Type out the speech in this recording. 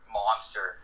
monster